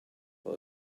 for